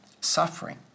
suffering